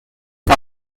the